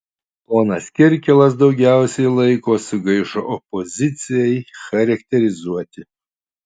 ponas kirkilas daugiausiai laiko sugaišo opozicijai charakterizuoti